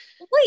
Wait